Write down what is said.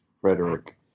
Frederick